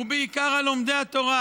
ובעיקר על לומדי התורה,